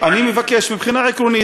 אני מבקש מבחינה עקרונית,